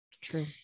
True